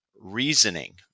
reasoning